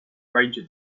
ranger